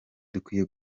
dukwiye